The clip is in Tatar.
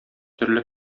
төрле